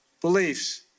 beliefs